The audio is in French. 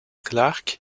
clark